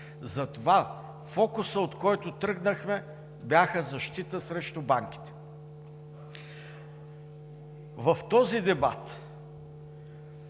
Затова фокусът, от който тръгнахме, беше защита срещу банките. В този дебат,